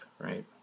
right